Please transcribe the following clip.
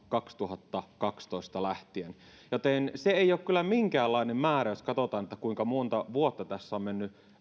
kaksituhattakaksitoista lähtien joten se ei kyllä ole minkäänlainen määrä jos katsotaan kuinka monta vuotta tässä on mennyt